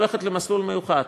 הולכת למסלול מיוחד,